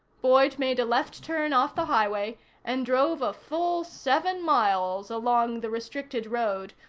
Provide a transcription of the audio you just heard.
boyd made a left turn off the highway and drove a full seven miles along the restricted road,